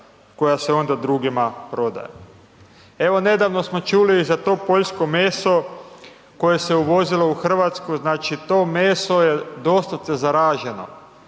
koja se onda drugima prodaje. Evo nedavno smo čuli i za to poljsko meso koje se uvozilo u RH, znači, to meso je doslovce zaraženo,